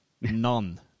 None